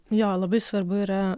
jo labai svarbu yra